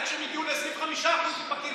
עד שהם הגיעו ל-25% נדבקים,